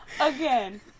Again